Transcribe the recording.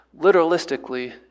literalistically